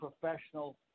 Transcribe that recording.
professional